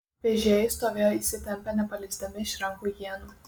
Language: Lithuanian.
vežėjai stovėjo įsitempę nepaleisdami iš rankų ienų